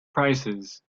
prices